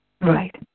Right